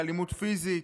לאלימות פיזית,